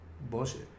Bullshit